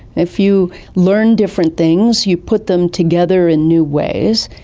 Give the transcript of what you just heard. if you learn different things, you put them together in new ways.